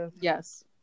Yes